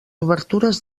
obertures